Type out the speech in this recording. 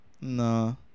No